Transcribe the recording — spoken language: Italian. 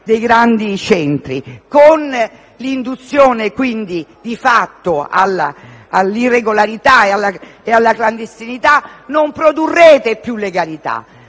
dei grandi centri, con l'induzione all'irregolarità e alla clandestinità non produrrete più legalità.